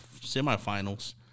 semifinals